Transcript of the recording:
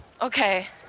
Okay